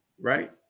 right